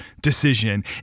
decision